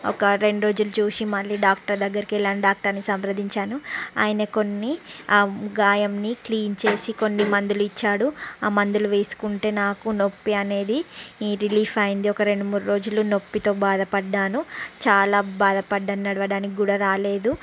ఒక రెండు రోజులు చూసి మళ్ళీ డాక్టర్ దగ్గరకి వెళ్ళాను డాక్టర్ని సంప్రదించాను ఆయన కొన్ని గాయాన్ని క్లీన్ చేసి కొన్ని మందులు ఇచ్చాడు ఆ మందులు వేసుకుంటే నాకు నొప్పి అనేది ఈ రిలీఫ్ అయింది ఒక రెండు మూడు రోజులు నొప్పితో బాధపడ్డాను చాలా బాధపడ్డాను నడవటానికి కూడా రాలేదు